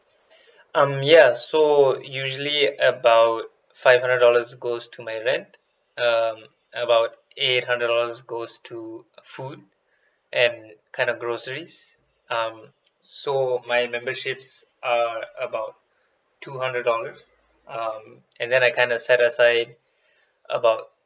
um ya so usually about five hundred dollars goes to my rent um about eight hundred dollars goes to food and kind of groceries um so my memberships are about two hundred dollars um and then I kind of set aside about